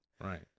Right